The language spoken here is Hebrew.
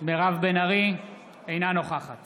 אינה נוכחת